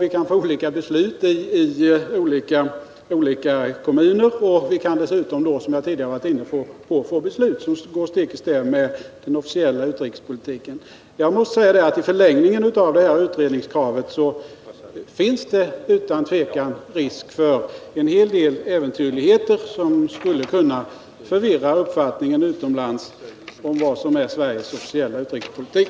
Då kan vi få olika beslut i olika kommuner, och vi kan dessutom, som jag tidigare varit inne på, få beslut som går stick i stäv med den officiella utrikespolitiken. I förlängningen av detta utredningskrav finns det utan tvivel risk för en hel del äventyrligheter, som skulle kunna förvirra uppfattningen utomlands om vad som är Sveriges officiella utrikespolitik.